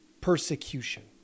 persecution